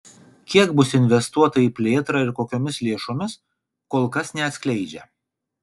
kiek bus investuota į plėtrą ir kokiomis lėšomis kol kas neatskleidžia